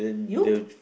you